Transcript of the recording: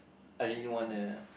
I didn't wanna